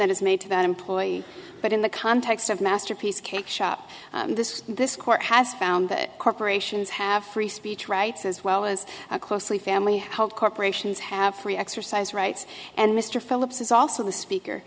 that is made to an employee but in the context of masterpiece cake shop this this court has found that corporations have free speech rights as well as a closely family hold corporations have free exercise rights and mr phillips is also the speaker